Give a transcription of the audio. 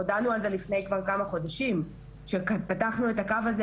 הודענו להם על זה כבר לפני כמה חודשים כשפתחנו את הקו הזה,